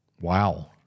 Wow